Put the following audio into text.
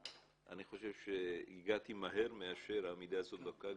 ואני חושב שהגעתי מהר מאשר העמידה הזאת בפקק,